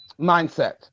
mindset